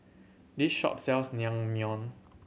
this shop sells Naengmyeon